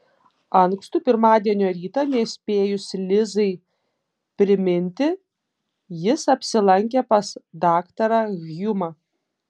ankstų pirmadienio rytą nespėjus lizai priminti jis apsilankė pas daktarą hjumą